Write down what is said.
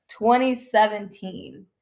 2017